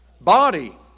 body